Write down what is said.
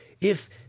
If